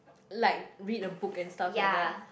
like read a book and stuff like that